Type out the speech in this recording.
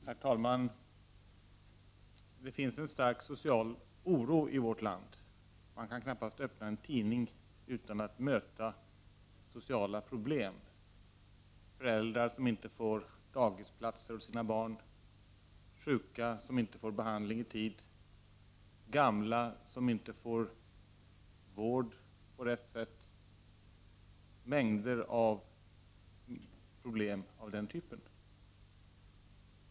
Herr talman! Det finns en stark social oro i vårt land. Man kan knappast öppna en tidning utan att möta sociala problem: föräldrar som inte får dagisplats åt sina barn, sjuka som inte får behandling i tid, gamla som inte får vård på rätt sätt — det är mängder av problem av den typen.